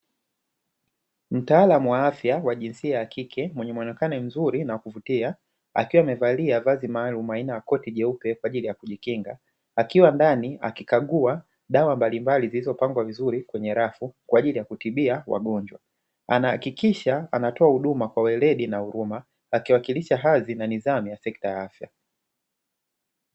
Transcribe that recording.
Mtaalamu wa afya wa jinsia ya kike mwenye mwonekano mzuri na kuvutia akiwa amevalia vazi maalumu aina ya koti jeupe kwa ajili ya kujikinga, akiwa ndani akikagua dawa mbalimbali zilizopangwa vizuri kwenye rafu kwa ajili ya kutibia wagonjwa; anahakikisha anatoa huduma kwa weledi na huruma, akiwakilisha hadhi na nidhamu ya sekta ya afya.